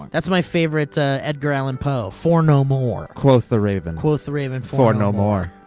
that's my favorite edgar allen poe, for no more. quoth the raven. quoth the raven. for no more.